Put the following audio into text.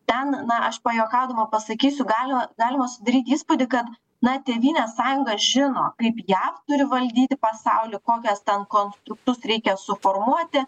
ten na aš pajuokaudama pasakysiu galima galima susidaryti įspūdį kad na tėvynės sąjunga žino kaip jav turi valdyti pasaulį kokius ten konstruktus reikia suformuoti